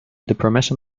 permission